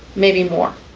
maybe more